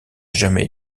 jamais